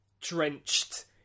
drenched